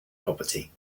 property